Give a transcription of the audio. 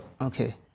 Okay